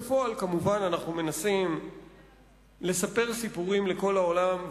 בפועל אנחנו כמובן מנסים לספר סיפורים לכל העולם,